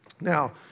Now